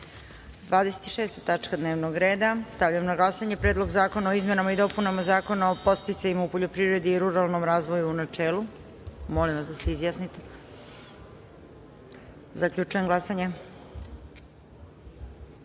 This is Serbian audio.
26. dnevnog reda. Stavljam na glasanje Predlog zakona o izmenama i dopunama Zakona o podsticajima u poljoprivredi i ruralnom razvoju, u načelu. Molim vas da se izjasnite. Zaključujem glasanje: